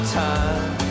time